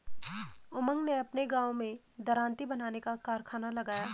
उमंग ने अपने गांव में दरांती बनाने का कारखाना लगाया